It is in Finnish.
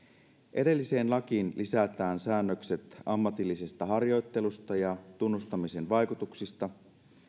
edelliseen lakiin lisätään säännökset ammatillisesta harjoittelusta ja tunnustamisen vaikutuksista